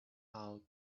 out